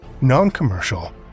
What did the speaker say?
non-commercial